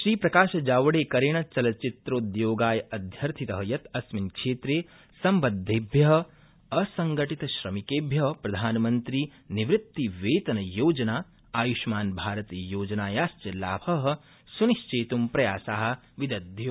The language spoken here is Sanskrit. श्रीप्रकाशजावड़ेकरेण चलच्चित्रोद्योगाय अध्यर्थित यत् अस्मिनक्षेत्र सम्बद्धेभ्य असंगठितश्रमिकेभ्य प्रधानमन्त्रीनिवृत्तिवेतनयोजना आयुष्मान्भारतयोजनायाश्च लाभ सुनिश्चेतृं प्रायासा विदध्यु